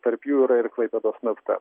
tarp jų yra ir klaipėdos nafta